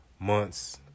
months